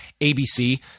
ABC